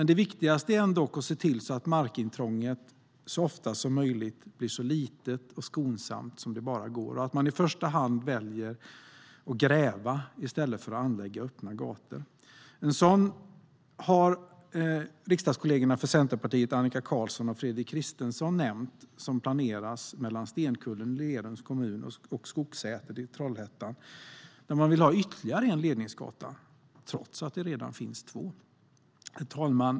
Det viktigaste är ändock att se till att markintrånget så ofta som möjligt blir så litet och skonsamt som det bara går och att man i första hand väljer att gräva i stället för att anlägga öppna gator. En sådan gata har riksdagskollegorna för Centerpartiet Annika Qarlsson och Fredrik Christensson nämnt. Den planeras mellan Stenkullen i Lerums kommun och Skogsäter i Trollhättan, där man vill ha ytterligare en ledningsgata trots att det redan finns två. Herr talman!